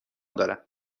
دارم